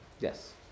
Yes